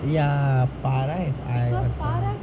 ya பாறா:paaraa has eye on the sun